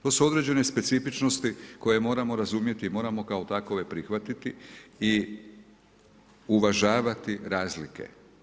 To su određene specifičnosti koje moramo razumjeti i moramo kao takve prihvatiti i uvažavati razlike.